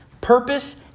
purpose